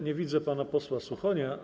Nie widzę pana posła Suchonia.